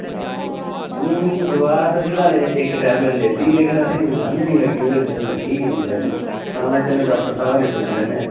नेईं दोआई ते फिलहाल इक्क टाईम ते लैती ते ओह्दी समझ गै निं लग्गी लग्गी गै नेईं असें गी ते में हा डॉक्टर होरें गी पुच्छी लैने आं